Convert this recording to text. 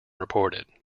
reported